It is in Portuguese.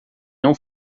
não